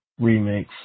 remix